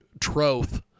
troth